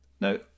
No